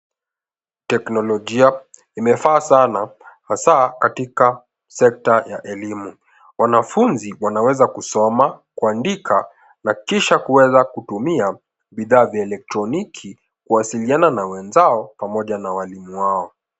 Teknolojia imefaa sana hasaa katika sekta ya elimu. Wanafunzi wanaweza kusoma, kuandika na kisha kuweza kutumia bidhaa vya elektroniki kuwasiliana na wenzao pamoja na walimu wao.